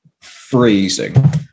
freezing